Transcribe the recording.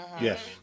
yes